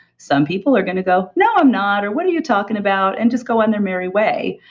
some people are going to go, no, i'm not, or what are you talking about? and just go on their merry way.